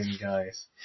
guys